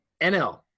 NL